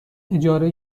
اجاره